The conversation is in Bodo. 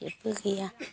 जेबो गैया